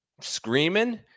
screaming